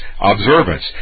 observance